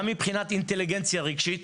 גם מבחינת אינטליגנציה רגשית,